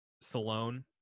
Salone